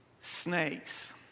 Snakes